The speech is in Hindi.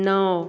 नौ